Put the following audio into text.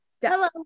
Hello